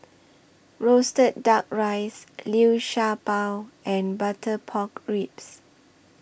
Roasted Duck Rice Liu Sha Bao and Butter Pork Ribs